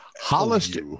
Hollister